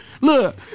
look